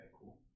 cool